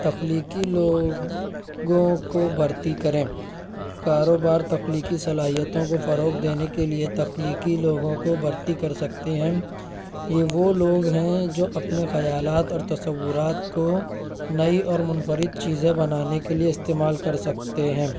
تخلیقی لوگ لوگوں کو بھرتی کریں کاروبار تخلیقی صلاحیتوں کو فروغ دینے کے لیے تخلیقی لوگوں کو بھرتی کر سکتے ہیں یہ وہ لوگ ہیں جو اپنے خیالات اور تصورات کو نئی اور منفرد چیزیں بنانے کے لیے استعمال کر سکتے ہیں